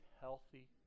healthy